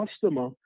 customer